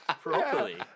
properly